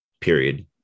period